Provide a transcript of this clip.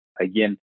again